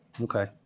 Okay